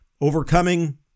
overcoming